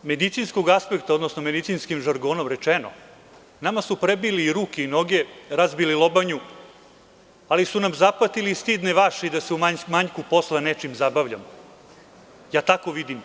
Sa medicinskog aspekta, odnosno medicinskim žargonom rečeno, nama su prebili i ruke i noge, razbili lobanju, ali su nam zapatili i stidne vaši da se u manjku posla nečim zabavljamo, ja tako vidim